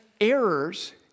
errors